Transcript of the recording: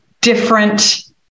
different